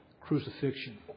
crucifixion